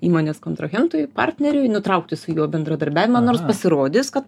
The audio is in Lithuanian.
įmonės kontrahentui partneriui nutraukti su juo bendradarbiavimą nors pasirodys kad